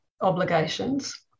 obligations